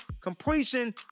Completion